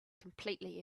completely